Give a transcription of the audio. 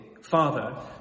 Father